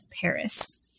paris